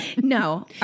No